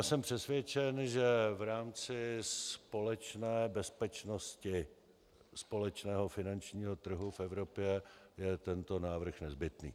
Jsem přesvědčen, že v rámci společné bezpečnosti společného finančního trhu v Evropě je tento návrh nezbytný.